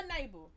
neighbor